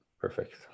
Perfect